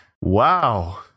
wow